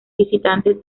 visitantes